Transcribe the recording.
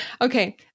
Okay